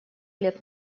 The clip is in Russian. лет